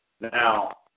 Now